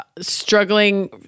struggling